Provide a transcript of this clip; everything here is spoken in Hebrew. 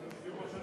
אדוני היושב-ראש,